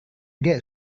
get